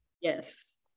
Yes